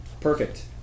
Perfect